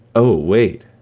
oh, wait.